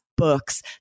books